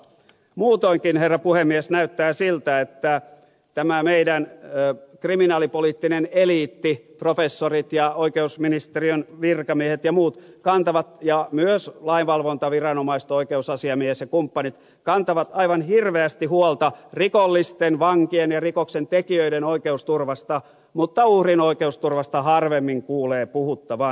muutoinkin herra puhemies näyttää siltä että tämä meidän kriminaalipoliittinen eliitti professorit ja oikeusministeriön virkamiehet ja myös lainvalvontaviranomaiset oikeusasiamies ja kumppanit kantavat aivan hirveästi huolta rikollisten vankien ja rikoksentekijöiden oikeusturvasta mutta uhrin oikeusturvasta harvemmin kuulee puhuttavan